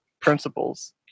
principles